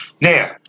Now